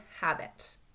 habit